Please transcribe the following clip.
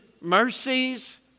mercies